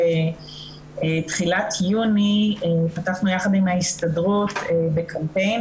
בתחילת יוני אנחנו פתחנו יחד עם ההסתדרות בקמפיין